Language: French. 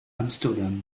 amsterdam